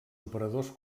operadors